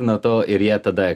nuo to ir jie tada